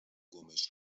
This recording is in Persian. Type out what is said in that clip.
گمش